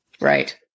Right